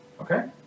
Okay